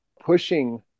pushing